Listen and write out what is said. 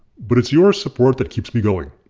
but it's your support that keeps me going,